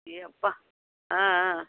ஏ அப்பா ஆ ஆ